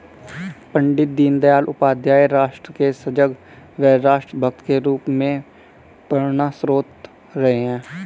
पण्डित दीनदयाल उपाध्याय राष्ट्र के सजग व राष्ट्र भक्त के रूप में प्रेरणास्त्रोत रहे हैं